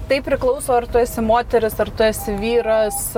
tai priklauso ar tu esi moteris ar tu esi vyras